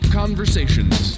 conversations